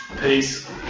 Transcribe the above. peace